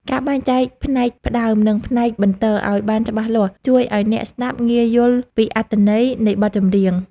ការបែងចែកផ្នែកផ្ដើម និង ផ្នែកបន្ទរឱ្យបានច្បាស់លាស់ជួយឱ្យអ្នកស្ដាប់ងាយយល់ពីអត្ថន័យនៃបទចម្រៀង។